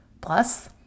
Plus